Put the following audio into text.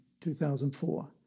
2004